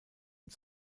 und